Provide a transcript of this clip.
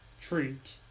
treat